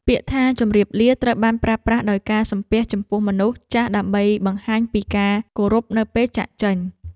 ពាក្យថាជម្រាបលាត្រូវបានប្រើប្រាស់ដោយការសំពះចំពោះមនុស្សចាស់ដើម្បីបង្ហាញពីការគោរពនៅពេលចាកចេញ។